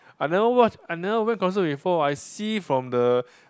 I never watch I never went concert before I see from the